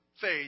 faith